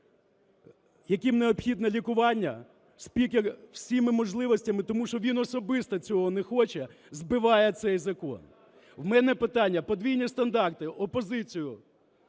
яким необхідно лікування, спікер всіма можливостями, тому що він особисто цього не хоче, збиває цей закон. В мене питання: подвійні стандарти, опозицію